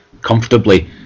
comfortably